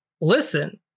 Listen